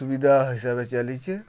ସୁବିଧା ହିସାବ ଚାଲିଛେ